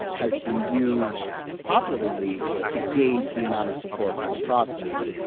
has been used popularly to gauge the amount of support for the process.